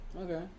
Okay